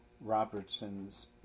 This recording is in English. Robertson's